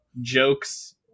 jokes